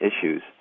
issues